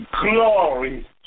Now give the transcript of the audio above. glory